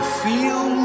feel